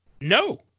no